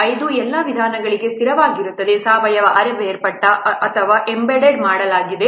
5 ಎಲ್ಲಾ ವಿಧಾನಗಳಿಗೆ ಸ್ಥಿರವಾಗಿರುತ್ತದೆ ಸಾವಯವ ಅರೆ ಬೇರ್ಪಟ್ಟ ಅಥವಾ ಎಂಬೆಡ್ ಮಾಡಲಾಗಿದೆ